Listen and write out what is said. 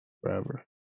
forever